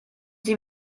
sie